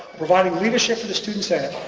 providing leadership to the student senate,